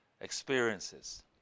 experiences